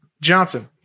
Johnson